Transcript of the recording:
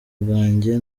bwanjye